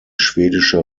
schwedische